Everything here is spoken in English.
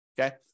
okay